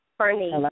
Bernie